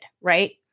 Right